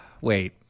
Wait